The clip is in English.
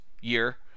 year